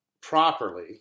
properly